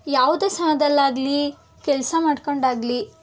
ಯಾವುದೇ ಕ್ಷಣದಲ್ಲಿ ಆಗಲಿ ಕೆಲಸ ಮಾಡ್ಕೊಂಡು ಆಗಲಿ